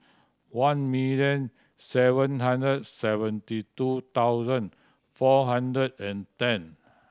one million seven hundred seventy two thousand four hundred and ten